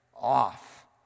off